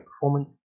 performance